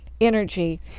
energy